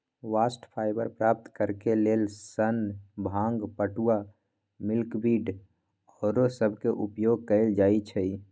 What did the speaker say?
bast fiber प्राप्त करेके लेल सन, भांग, पटूआ, मिल्कवीड आउरो सभके उपयोग कएल जाइ छइ